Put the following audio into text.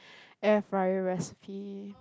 air fryer recipe